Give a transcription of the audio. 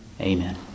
Amen